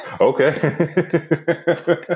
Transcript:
Okay